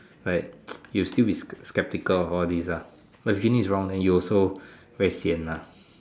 like you still will be sk~ skeptical all these ah if the genie is wrong then you also very sian ah